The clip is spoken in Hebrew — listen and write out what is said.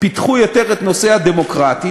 פיתחו יותר את נושא ה"דמוקרטית",